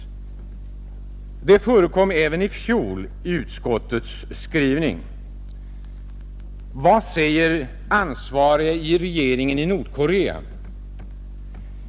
Det förekom även i fjol i utskottets skrivning. Vad säger ansvariga i regeringen i Nordkorea?